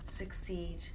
succeed